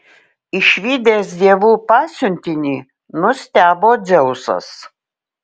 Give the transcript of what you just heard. išvydęs dievų pasiuntinį nustebo dzeusas